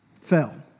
fell